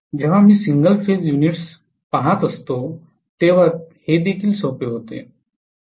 जेव्हा मी single phase units पहात असतो तेव्हा हे देखील सोपे होते